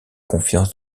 confiance